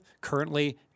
Currently